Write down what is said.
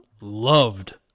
Loved